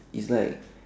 it's like